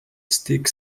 stick